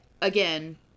again